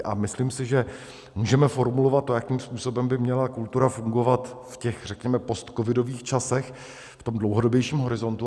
A myslím si, že můžeme formulovat to, jakým způsobem by měla kultura fungovat v těch, řekněme, postcovidových časech, v tom dlouhodobějším horizontu.